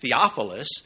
Theophilus